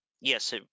Yes